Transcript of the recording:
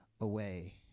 away